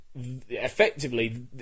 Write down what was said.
effectively